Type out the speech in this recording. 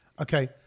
Okay